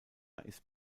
ist